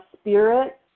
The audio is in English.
spirit